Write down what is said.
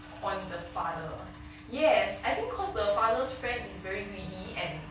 on the father yes I think cause the father's friend is very greedy and